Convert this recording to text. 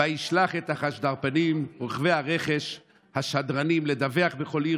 וישלח את האחשדרפנים רוכבי הרכש השדרנים לדווח בכל עיר